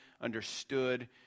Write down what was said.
understood